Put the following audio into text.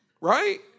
right